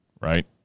right